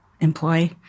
employ